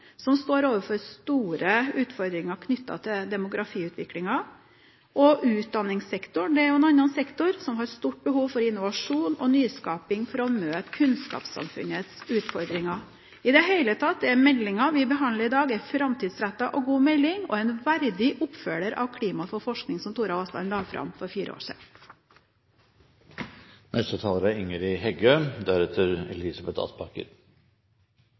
som står overfor store utfordringer knyttet til demografiutviklingen. Utdanningssektoren er en annen sektor som har stort behov for innovasjon og nyskaping for å møte kunnskapssamfunnets utfordringer. I det hele tatt er meldingen vi behandler i dag, en framtidsrettet og god melding og en verdig oppfølger til Klima for forskning, som Tora Aasland la fram for fire år